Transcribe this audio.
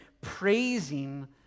praising